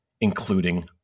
including